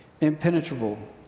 impenetrable